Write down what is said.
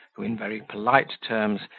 who, in very polite terms,